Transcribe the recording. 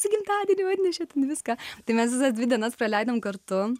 su gimtadieniu atnešė viską tai mes dvi dienas praleidom kartu